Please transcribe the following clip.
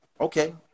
okay